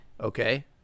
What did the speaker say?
Okay